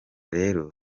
rero